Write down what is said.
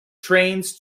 trains